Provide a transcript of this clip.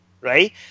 right